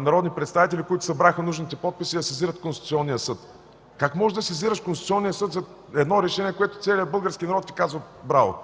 народни представители, които събраха нужните подписи да сезират Конституционния съд. Как може да сезираш Конституционния съд за едно решение, за което целият български народ ти казва: „Браво!”?